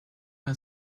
her